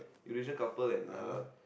Eurasian couple and uh